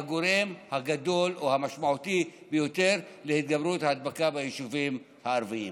הן הגורם הגדול או המשמעותי ביותר להתגברות ההדבקה ביישובים הערביים.